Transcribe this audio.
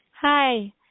Hi